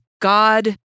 God